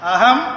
Aham